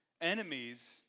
enemies